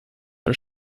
are